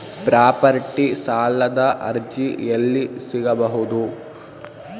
Property ಸಾಲದ ಅರ್ಜಿ ಎಲ್ಲಿ ಸಿಗಬಹುದು?